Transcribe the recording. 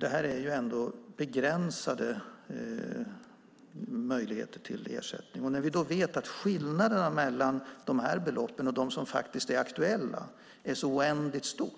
Det är ändå begränsade möjligheter till ersättning. När vi vet att skillnaden mellan de här beloppen och dem som är aktuella är så oändligt stor